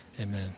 amen